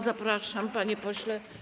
Zapraszam, panie pośle.